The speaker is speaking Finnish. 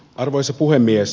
arvoisa puhemies